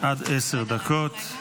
עד עשר דקות.